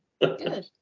Good